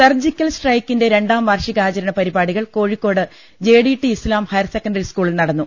surgical സ്ട്രൈക്കിന്റെ രണ്ടാം വാർഷികാചരണ പരിപാടികൾ Kozhikode J D T Islam higher secondary സ് കൂളിൽ നടന്നു